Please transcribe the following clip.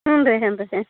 ಹ್ಞೂ ರೀ ಹ್ಞೂ ರೀ ಹಾಂ